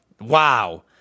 Wow